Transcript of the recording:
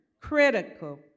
critical